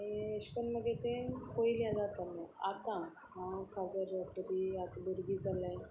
आनी अशे करून मागीर तें पयलें हें जातालें आतां हांव काजार जातकीर आतां भुरगीं जाल्यांत